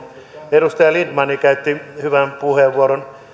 edustaja lindtman käytti hyvän puheenvuoron